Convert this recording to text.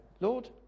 Lord